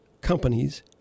companies